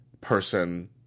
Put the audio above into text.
person